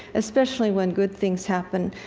especially when good things happen,